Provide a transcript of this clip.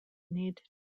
need